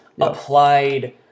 applied